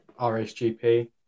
RSGP